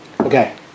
Okay